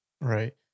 Right